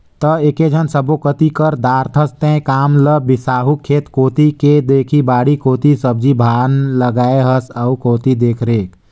त एकेझन सब्बो कति कर दारथस तें काम ल बिसाहू खेत कोती के देखही बाड़ी कोती सब्जी पान लगाय हस आ कोती के देखरेख